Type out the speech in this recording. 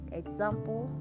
example